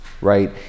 right